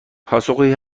پاسخی